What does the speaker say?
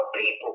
people